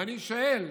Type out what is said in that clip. ואני שואל: